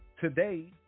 today